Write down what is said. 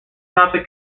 topic